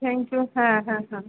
thank you হ্যাঁ হ্যাঁ হ্যাঁ